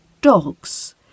dogs